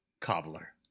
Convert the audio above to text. Cobbler